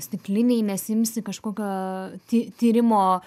stiklinei nesiimsi kažkokio ty tyrimo